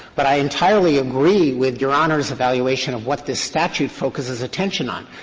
but i entirely agree with your honor's evaluation of what this statute focuses attention on.